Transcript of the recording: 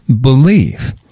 believe